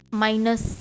minus